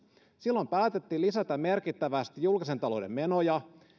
silloin päätettiin lisätä merkittävästi julkisen talouden menoja